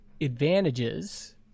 advantages